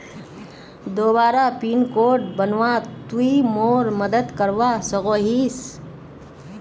दोबारा pin code बनवात तुई मोर मदद करवा सकोहिस?